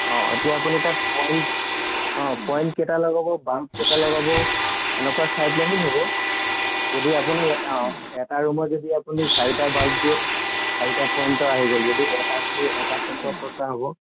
অঁ এতিয়া আপুনি তাত পইণ্ট অঁ পইণ্ট কেইটা লগাব বাল্ব কেইটা লগাব এনকুৱা চাই পেলাই নি হ'ব যদি আপুনি অঁ এটা ৰূমত যদি আপুনি চাৰিটা বাল্ব দিয়ে তেতিয়া চাৰিটা পইণ্টৰ আহি গ'ল যদি এটা দিয়ে এটা পইণ্টৰ খৰচা হ'ব